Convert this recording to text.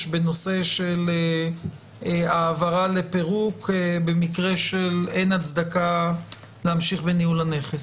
בנושא של העברה לפירוק במקרה של אין הצדקה להמשיך בניהול הנכס.